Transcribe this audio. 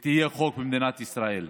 והיא תהפוך לחוק במדינת ישראל.